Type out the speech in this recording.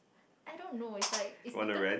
I don't know is like is